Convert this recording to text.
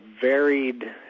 varied